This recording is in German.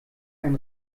ein